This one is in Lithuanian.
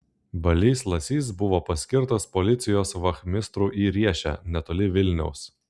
balys lasys buvo paskirtas policijos vachmistru į riešę netoli vilniaus